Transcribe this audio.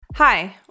Hi